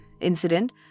incident